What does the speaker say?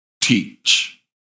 teach